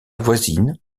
voisine